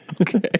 Okay